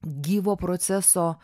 gyvo proceso